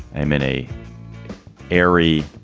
i'm in a airy,